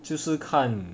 就是看